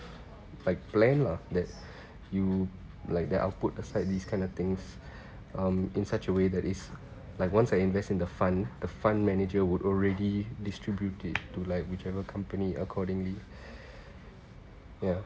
like plan lah that you like I'll put aside these kind of things um in such a way that is like once I invest in the fund the fund manager would already distribute it to like whichever company accordingly ya